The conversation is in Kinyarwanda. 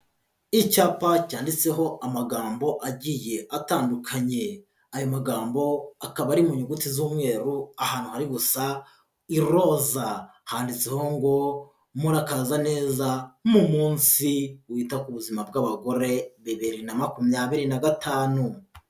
Icyapa cyanditseho amagambo agiye atandukanye. Aya magambo akaba ari mu nyuguti z'umweru, ahantu ari gusa iroza. Handitseho ngo murakaza neza mu munsi wita ku buzima bw'abagore, bibiri na makumyabiri na gatanu.